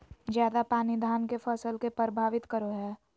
ज्यादा पानी धान के फसल के परभावित करो है?